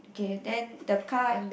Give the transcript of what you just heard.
k then the car